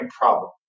problem